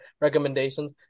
recommendations